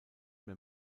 mehr